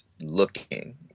looking